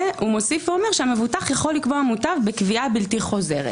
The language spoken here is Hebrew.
והוא מוסיף ואומר שהמבוטח יכול לקבוע מוטב בקביעה בלתי חוזרת.